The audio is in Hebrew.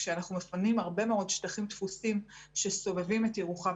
כשאנחנו מפנים הרבה מאוד שטחים תפוסים שסובבים את ירוחם,